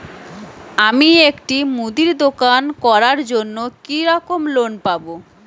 আমি একটি মুদির দোকান করার জন্য কি রকম লোন পাব?